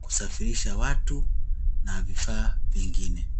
kusafirisha watu na vifaa vingine.